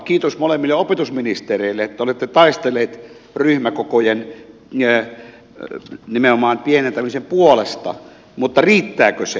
kiitos molemmille opetusministereille että olette taistelleet nimenomaan ryhmäkokojen pienentämisen puolesta mutta riittääkö se